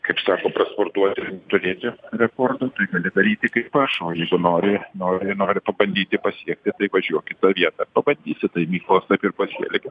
kaip sako prasportuot ir turėti rekordų tai gali daryti kaip aš o jeigu nori nori nori pabandyti pasiekti važiuok į tą vietą ir pabandysi tai mykolas taip ir pasielgė